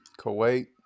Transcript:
Kuwait